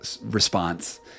response